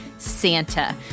Santa